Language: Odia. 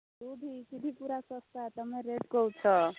କେଉଁଠି ସେଇଠି ପୁରା ଶସ୍ତା ତମେ ରେଟ୍ କହୁଛ